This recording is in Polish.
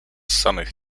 samych